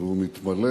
והוא מתמלא